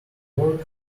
work